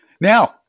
Now